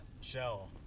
shell